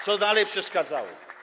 Co dalej przeszkadzało?